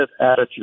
attitude